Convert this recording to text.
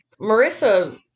marissa